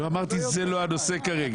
אמרתי שזה לא הנושא כרגע.